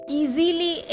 easily